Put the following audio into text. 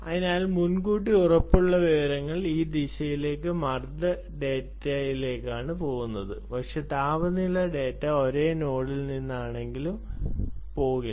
അതിനാൽ മുൻകൂട്ടി ഉറപ്പുള്ള വിവരങ്ങൾ ഈ ദിശയിലെ മർദ്ദ ഡാറ്റയിലേക്കാണ് പോകുന്നത് പക്ഷേ താപനില ഡാറ്റ ഒരേ നോഡിൽ നിന്നാണെങ്കിലും പോകില്ല